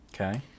Okay